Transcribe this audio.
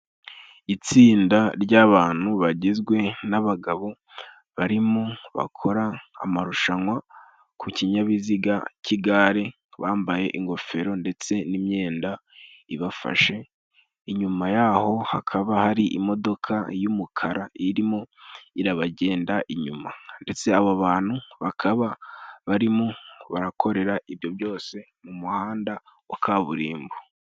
Itsinda ry'abantu bagizwe n'abagabo barimo bakora amarushanwa ku kinyabiziga cy'igare, bambaye ingofero ndetse n'imyenda ibafashe. Inyuma y'aho hakaba hari imodoka y'umukara, irimo irabagenda inyuma ndetse abo bantu bakaba barimo barakorera ibyo byose mu muhanda wa kaburimbo.